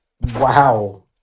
Wow